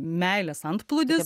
meilės antplūdis